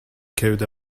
code